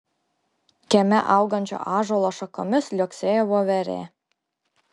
kieme augančio ąžuolo šakomis liuoksėjo voverė